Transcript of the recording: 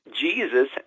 Jesus